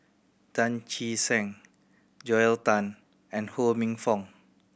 Tan Che Sang Joel Tan and Ho Minfong